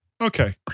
Okay